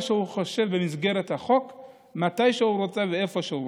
שהוא חושב במסגרת החוק מתי שהוא רוצה ואיפה שהוא רוצה.